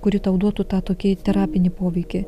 kuri tau duotų tą tokį terapinį poveikį